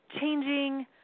changing